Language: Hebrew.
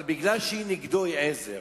אבל בגלל שהיא נגדו היא עזר.